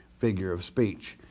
figure of speech.